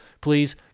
Please